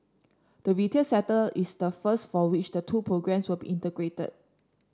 the retail sector is the first for which the two programmes will be integrated